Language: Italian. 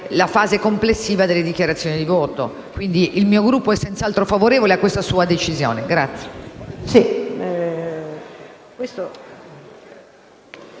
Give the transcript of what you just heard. la fase complessiva delle dichiarazioni di voto. Il mio Gruppo è quindi senz'altro favorevole a questa sua decisione